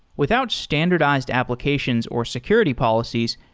without standardized applications or security policies,